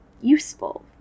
useful